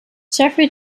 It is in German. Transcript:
jeffrey